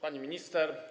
Pani Minister!